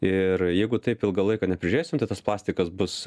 ir jeigu taip ilgą laiką neprižiūrėsim tai tas plastikas bus